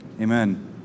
Amen